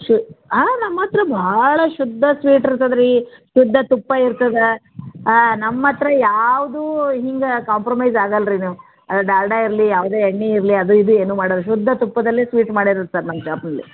ಸ ಹಾಂ ನಮ್ಮ ಹತ್ತಿರ ಭಾಳ ಶುದ್ಧ ಸ್ವೀಟ್ ಇರ್ತದೆ ರೀ ಶುದ್ಧ ತುಪ್ಪ ಇರ್ತದೆ ಹಾಂ ನಮ್ಮ ಹತ್ತಿರ ಯಾವುದೂ ಹಿಂಗೆ ಕಾಂಪ್ರಮೈಸ್ ಆಗಲ್ಲ ರೀ ನೀವು ಅದು ಡಾಲ್ಡಾ ಇರಲಿ ಯಾವುದೇ ಎಣ್ಣೆ ಇರಲಿ ಅದು ಇದು ಏನು ಮಾಡೋದು ಶುದ್ಧ ತುಪ್ಪದಲ್ಲೇ ಸ್ವೀಟ್ ಮಾಡಿರೋದು ಸರ್ ನಮ್ಮ ಶಾಪಲ್ಲಿ